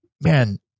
man